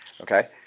Okay